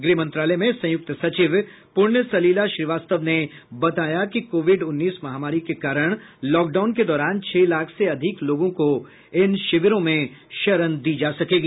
गृह मंत्रालय में संयुक्त सचिव पुण्य सलिला श्रीवास्तव ने बताया कि कोविड उन्नीस महामारी के कारण लॉकडाउन के दौरान छह लाख से अधिक लोगों को इन शिविरों में शरण दी जा सकेगी